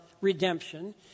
redemption